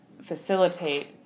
facilitate